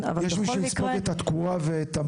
יש מי שיספוג את התקורה ואת המע"מ.